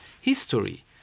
history